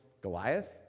Goliath